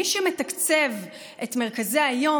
מי שמתקצב את מרכזי היום,